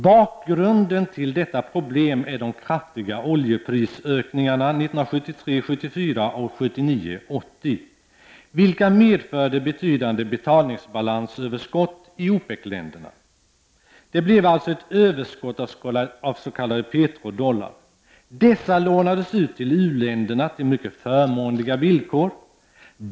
Bakgrunden till detta problem är de kraftiga oljeprisökningarna 1973—1974 och 1979—1980, vilka medförde betydande betalningsbalansöverskott i OPEC-länderna. Det blev alltså ett överskott av s.k. petrodollar. Dessa lånades ut till u-länderna till mycket förmånliga villkor.